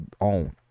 own